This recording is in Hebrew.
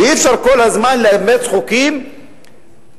ואי-אפשר כל הזמן לאמץ חוקים שמפלים,